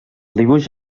dibuix